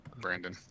Brandon